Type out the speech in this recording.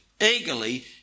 eagerly